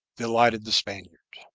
delighted the spaniard.